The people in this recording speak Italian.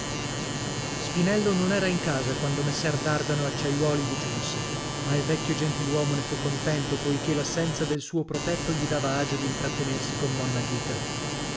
spinello non era in casa quando messer dardano acciaiuoli vi giunse ma il vecchio gentiluomo ne fu contento poichè l'assenza del suo protetto gli dava agio d'intrattenersi con monna ghita